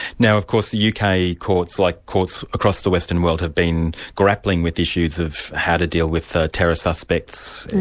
now of course the uk yeah kind of courts, like courts across the western world have been grappling with issues of how to deal with ah terror suspects,